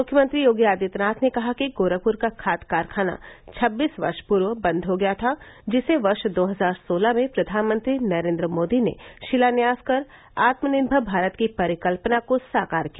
मुख्यमंत्री योगी आदित्यनाथ ने कहा कि गोरखपुर का खाद कारखाना छब्बीस वर्ष पूर्व बन्द हो गया था जिसे वर्ष दो हजार सोलह में प्रधानमंत्री नरेन्द्र मोदी ने शिलान्यास कर आत्मनिर्भर भारत की परिकल्पना को साकार किया